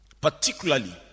particularly